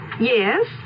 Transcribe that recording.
Yes